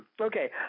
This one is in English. Okay